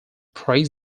praised